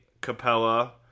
Capella